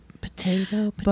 potato